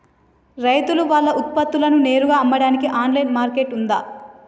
రైతులు వాళ్ల ఉత్పత్తులను నేరుగా అమ్మడానికి ఆన్లైన్ మార్కెట్ ఉందా?